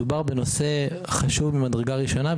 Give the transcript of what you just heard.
מדובר בנושא חשוב ממדרגה ראשונה.